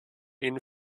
ihnen